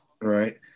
right